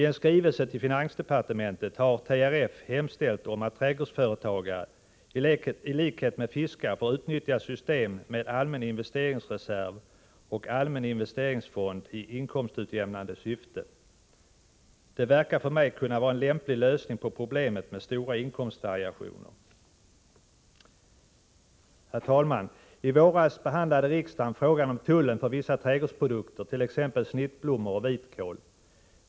Ten skrivelse till finansdepartementet har TRF hemställt om att trädgårdsföretagare, i likhet med fiskare, får utnyttja systemet med allmän investeringsreserv och allmän investeringsfond i inkomstutjämnande syfte. Det förefaller mig kunna vara en lämplig lösning på problemet med stora inkomstvariationer. Herr talman! I våras behandlade riksdagen frågan om tullavgiften på vissa trädgårdsprodukter, t.ex. snittblommor och vitkål.